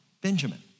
Benjamin